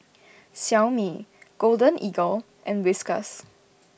Xiaomi Golden Eagle and Whiskas